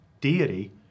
deity